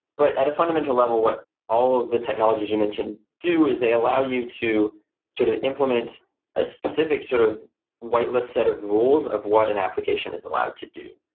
but at a fundamental level, what all of the technologies you mentioned do is they allow you to sort of implement a specific sort of white list set of rules of what an application is allowed to do.